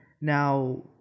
Now